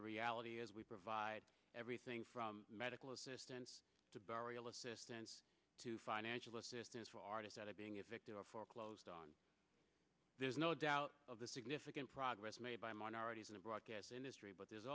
the reality is we provide everything from medical assistance to burial assistance to financial assistance for artists that are being evicted or foreclosed on there's no doubt of the significant progress made by minorities in the broadcast industry but there's